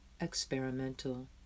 experimental